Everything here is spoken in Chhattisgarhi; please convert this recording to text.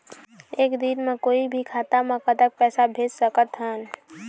एक दिन म कोई भी खाता मा कतक पैसा भेज सकत हन?